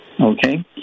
okay